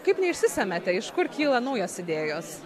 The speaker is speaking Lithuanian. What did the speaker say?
kaip neišsisemiate iš kur kyla naujos idėjos